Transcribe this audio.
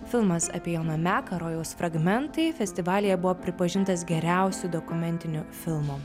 filmas apie joną meką rojaus fragmentai festivalyje buvo pripažintas geriausiu dokumentiniu filmu